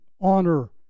honor